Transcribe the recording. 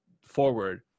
forward